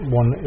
one